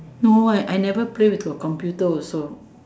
no leh I never play with the computer also